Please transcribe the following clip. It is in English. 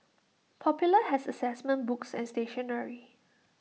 popular has Assessment books and stationery